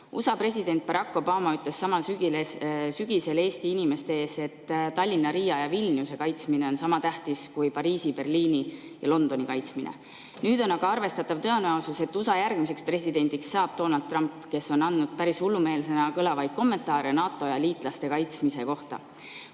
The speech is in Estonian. USA president Barack Obama ütles samal sügisel Eesti inimeste ees, et Tallinna, Riia ja Vilniuse kaitsmine on sama tähtis kui Pariisi, Berliini ja Londoni kaitsmine. Nüüd on aga arvestatav tõenäosus, et USA järgmiseks presidendiks saab Donald Trump, kes on andnud päris hullumeelsena kõlavaid kommentaare NATO ja liitlaste kaitsmise kohta.